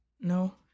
No